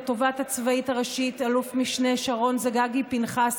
לתובעת הצבאית הראשית אל"מ שרון זגגי פנחס,